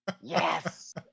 Yes